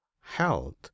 health